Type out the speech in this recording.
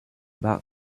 back